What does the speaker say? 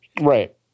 Right